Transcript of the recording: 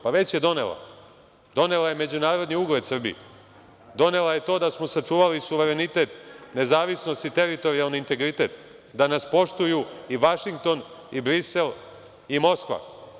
Pa, već je donela, donela je međunarodni ugled Srbiji, donela je to da smo sačuvali suverenitet nezavisnost i teritorijalni integritet, da nas poštuju i Vašington i Brisel i Moskva.